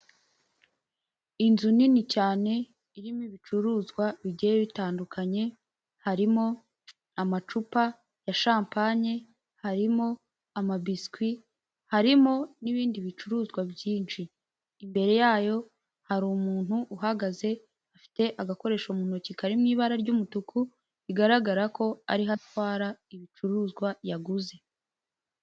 Inzu nini cyane irimo ibicuruzwa bigiye bitandukanye, harimo amacupa ya shampanye, harimo amabiswi, harimo n'ibindi bicuruzwa byinshi, imbere yayo hari umuntu uhagaze afite agakoresho mu ntoki karimo ibara ry'umutuku rigaragara ko ariho atwara ibicuruzwa yaguze.